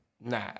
Nah